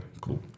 cool